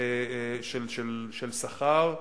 של שכר,